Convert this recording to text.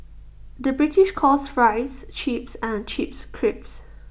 the British calls Fries Chips and Chips Crisps